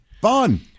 Fun